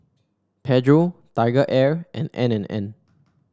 Pedro TigerAir and N and N